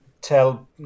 tell